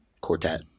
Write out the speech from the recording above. Quartet